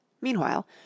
Meanwhile